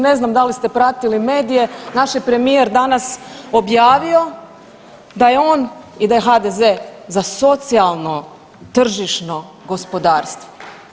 Ne znam da li ste pratili medije naš je premijer danas objavio da je on i da je HDZ za socijalno tržišno gospodarstvo.